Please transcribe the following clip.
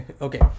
Okay